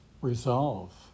resolve